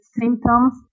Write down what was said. symptoms